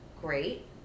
great